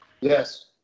yes